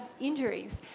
injuries